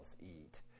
eat